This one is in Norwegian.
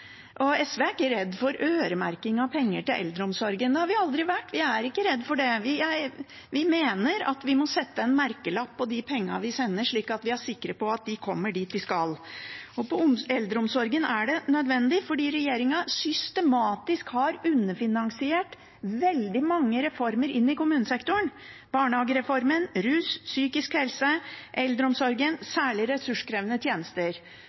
ansatte. SV er ikke redd for øremerking av penger til eldreomsorgen, det har vi aldri vært – vi er ikke redd for det. Vi mener at vi må sette en merkelapp på de pengene vi sender, slik at vi er sikre på at de kommer dit de skal. I eldreomsorgen er det nødvendig fordi regjeringen systematisk har underfinansiert veldig mange reformer inn i kommunesektoren: barnehagereformen, rus, psykisk helse, eldreomsorgen – særlig ressurskrevende tjenester.